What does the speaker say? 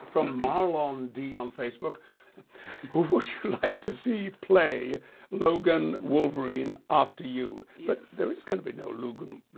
from marlon d on facebook who would you like to see play logan wolverine after you but there is going to be no loogan,